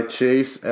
Chase